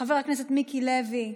חבר הכנסת מיקי לוי,